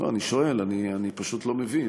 לא, אני שואל, אני פשוט לא מבין.